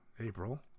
April